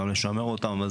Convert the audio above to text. גם לשמר אותם.